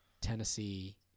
Tennessee